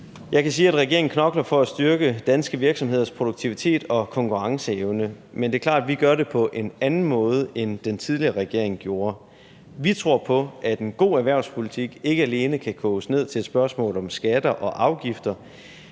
Jeg kan sige, at regeringen knokler for at styrke danske virksomheders produktivitet og konkurrenceevne, men det er klart, at vi gør det på en anden måde, end den tidligere regering gjorde. Vi tror på, at en god erhvervspolitik ikke kan koges ned til alene at være et spørgsmål om skatter og afgifter.